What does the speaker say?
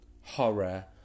horror